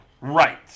Right